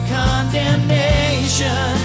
condemnation